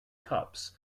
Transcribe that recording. cups